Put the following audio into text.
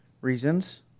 reasons